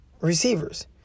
receivers